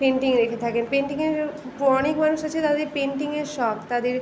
painting রেখে থাকেন পেন্টিংয়ের প্র অনেক মানুষ আছে তাদের পেন্টিংয়ের শখ তাদের